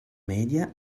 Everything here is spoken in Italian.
media